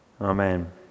Amen